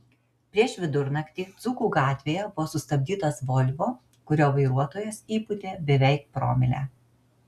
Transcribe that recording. prieš vidurnaktį dzūkų gatvėje buvo sustabdytas volvo kurio vairuotojas įpūtė beveik promilę